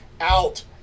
Out